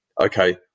okay